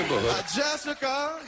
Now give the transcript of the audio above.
Jessica